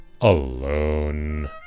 alone